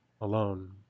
alone